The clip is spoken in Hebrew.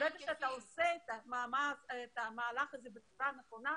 ברגע שאתה עושה את המהלך הזה בצורה נכונה,